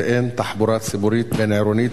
ואין שם תחבורה ציבורית בין-עירונית,